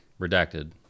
redacted